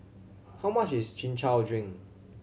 how much is Chin Chow drink